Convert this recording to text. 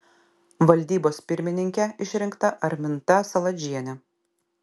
valdybos pirmininke išrinkta arminta saladžienė